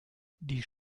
die